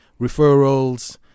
referrals